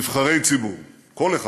נבחרי ציבור, כל אחד.